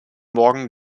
morgen